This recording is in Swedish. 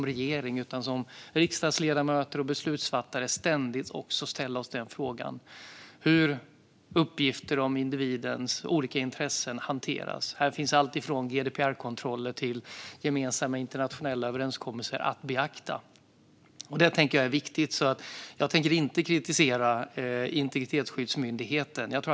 Regeringen, riksdagsledamöter och beslutsfattare måste ständigt ställa sig frågan hur uppgifter om individens olika intressen hanteras. Här finns allt från GDPR-kontroller till gemensamma internationella överenskommelser att beakta. Det är viktigt. Jag tänker inte kritisera Integritetsskyddsmyndigheten.